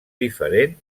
diferent